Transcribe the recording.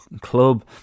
Club